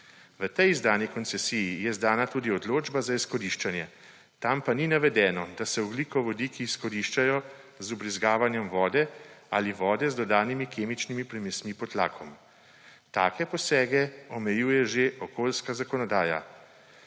V tej izdani koncesiji je izdana tudi odločba za izkoriščanje, tam pa ni navedeno, da se ogljikovodiki izkoriščajo z vbrizgavanjem vode ali vode z dodanimi kemičnimi primesmi pod tlakom. Take posege omejuje že okoljska zakonodaja.